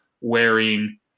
wearing